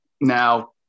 now